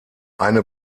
eine